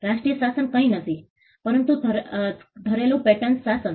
રાષ્ટ્રીય શાસન કંઈ નથી પરંતુ ઘરેલું પેટન્ટ શાસન